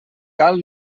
cal